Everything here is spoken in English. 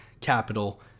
capital